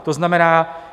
To znamená...